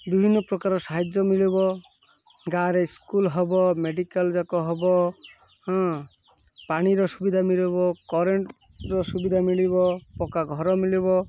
ବିଭିନ୍ନ ପ୍ରକାର ସାହାଯ୍ୟ ମିଳିବ ଗାଁରେ ସ୍କୁଲ୍ ହବ ମେଡ଼ିକାଲ୍ ଯାକ ହବ ପାଣିର ସୁବିଧା ମିଳିବ କରେଣ୍ଟ୍ର ସୁବିଧା ମିଳିବ ପକ୍କା ଘର ମିଳିବ